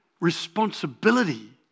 responsibility